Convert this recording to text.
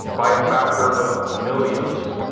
by a factor of millions.